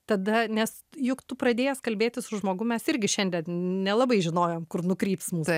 tada nes juk tu pradėjęs kalbėtis su žmogum mes irgi šiandien nelabai žinojom kur nukryps mūsų